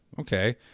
okay